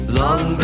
long